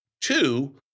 Two